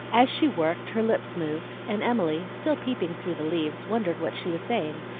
as she worked her lips moved, and emily, still peeping through the leaves, wondered what she was saying,